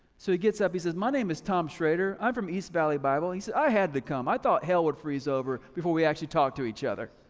so he gets up he says, my name is tom schrader, i'm from east valley bible. he said, i had to come i thought hell would freeze over before we actually talk to each other.